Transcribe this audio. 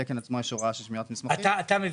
בתקן עצמו יש הוראה של שמירת מסמכים.